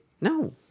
No